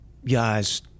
Guys